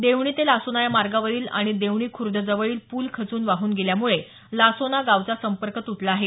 देवणी ते लासोना या मार्गावरील आणि देवणी खूर्द जवळील पूल खचून वाहून गेल्यामुळे लासोना गावचा संपर्क तुटला आहे